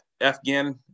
Afghan